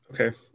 Okay